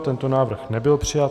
Tento návrh nebyl přijat.